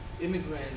immigrants